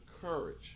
courage